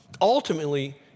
ultimately